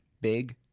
Big